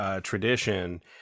tradition